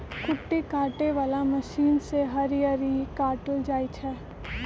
कुट्टी काटे बला मशीन से हरियरी काटल जाइ छै